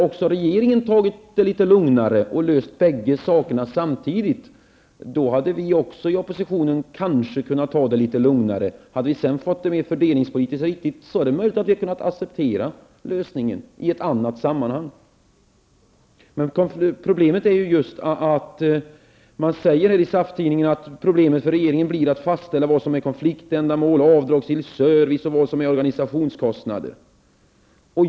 Hade regeringen tagit det litet lugnare och löst båda frågorna samtidigt, hade kanske vi i oppositionen också kunnat ta det lite lugnare. Hade vi sedan fått förslaget mer fördelningspolitiskt riktigt är det möjligt att vi hade kunnat acceptera lösningen i ett annat sammanhang. Man säger i SAF-Tidningen att problemet för regeringen blir att fastställa vad som är konfliktändamål och avdragsgill service och vad som är organisationskostnader.